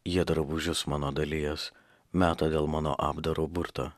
jie drabužius mano dalijos meta dėl mano apdaro burtą